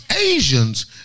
Asians